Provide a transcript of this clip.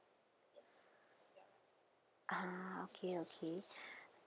ah okay okay